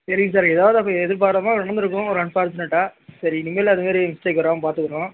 சரிங் சார் எதாவது அப்படி எதிர்பாராமல் நடந்துருக்கும் ஒரு அன்ஃபார்ச்சுனேட்டாக சரி இனிமேல் அதுமாரி மிஸ்டேக் வராமல் பார்த்துக்குறோம்